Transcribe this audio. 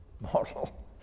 model